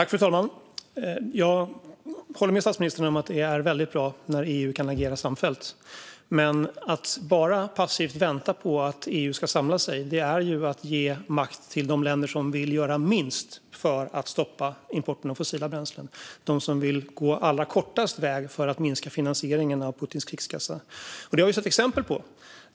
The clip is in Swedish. Fru talman! Jag håller med statsministern om att det är väldigt bra när EU kan agera samfällt, men att bara passivt vänta på att EU ska samla sig är ju att ge makt till de länder som vill göra minst för att stoppa importen av fossila bränslen, de som vill gå allra kortast väg när det gäller att minska finansieringen av Putins krigskassa. Sådant har vi sett exempel på.